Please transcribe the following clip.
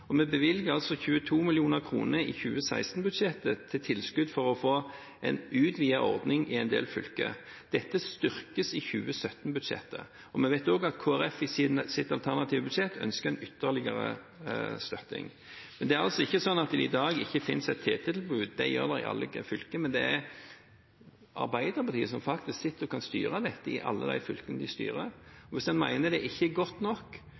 Vi bevilget 22 mill. kr i 2016-budsjettet til tilskudd for å få en utvidet ordning i en del fylker. Dette styrkes i 2017-budsjettet, og vi vet også at Kristelig Folkeparti i sitt alternative budsjett ønsker en ytterligere støtte. Men det er ikke sånn at det i dag ikke finnes et TT-tilbud. Det gjør det i alle fylker. Men det er Arbeiderpartiet som faktisk sitter og kan styre dette i alle de fylkene de styrer, og hvis en mener det ikke er godt nok,